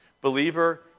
Believer